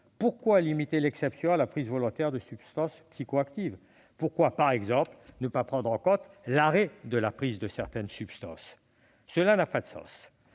pourquoi limiter l'exception à la prise volontaire de substances psychoactives ? Pourquoi, par exemple, ne pas prendre en compte également l'arrêt de la prise de certaines substances ? Cela n'a pas de sens